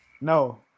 No